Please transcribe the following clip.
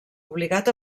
obligat